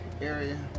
area